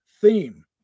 theme